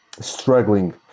struggling